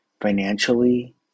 Financially